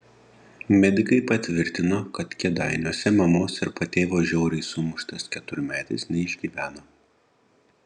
medikai patvirtino kad kėdainiuose mamos ir patėvio žiauriai sumuštas keturmetis neišgyveno